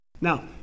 Now